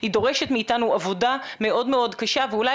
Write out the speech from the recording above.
היא דורשת מאיתנו עבודה מאוד מאוד קשה ואולי